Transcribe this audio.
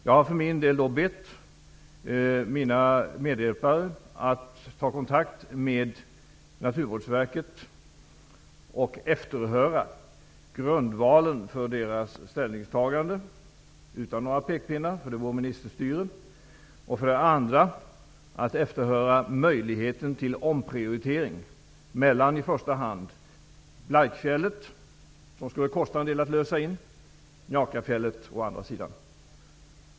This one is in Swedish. Jag har för det första bett mina medarbetare att ta kontakt med Naturvårdsverket för att utan några pekpinnar -- det vore ministerstyre -- efterhöra grundvalen för deras ställningstagande, och för det andra skall de efterhöra möjligheten till omprioritering mellan i första hand Blaikfjället, som skulle kosta en del att lösa in, och i andra hand Njakafjäll.